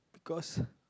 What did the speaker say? because